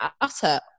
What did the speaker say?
utter